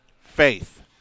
faith